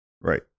Right